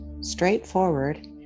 straightforward